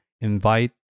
invite